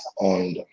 on